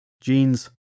jeans